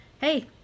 hey